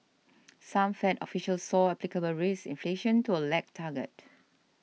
some Fed officials saw applicable risk inflation to a lag target